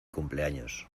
cumpleaños